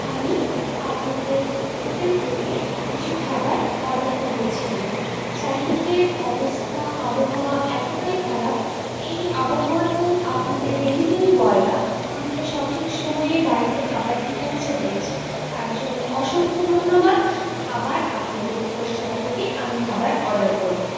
আমি আপনাদের হোটেল থেকে কিছু খাবার অর্ডার করিয়েছিলাম চারিদিকের অবস্থা আবহাওয়া এতটাই খারাপ এই আবহাওয়াতেও আপনাদের ডেলিভারি বয়রা আমাকে সঠিক সময়ে বাড়িতে খাবারটি পৌঁছে দিয়েছে তার জন্য অসংখ্য ধন্যবাদ আবার আপনাদের রেস্তোরাঁ থেকে আমি খাবার অর্ডার করব